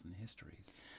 histories